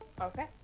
Okay